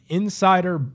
insider